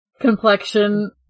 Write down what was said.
Complexion